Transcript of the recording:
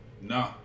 No